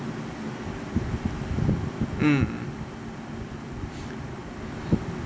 mm